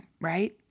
right